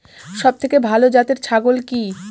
সবথেকে ভালো জাতের ছাগল কি?